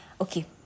okay